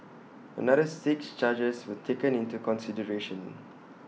another six charges were taken into consideration